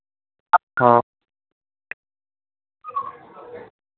हाँ